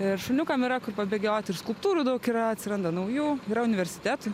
ir šuniukam yra kur pabėgiot ir skulptūrų daug yra atsiranda naujų yra universitetų